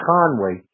Conway